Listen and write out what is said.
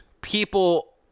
people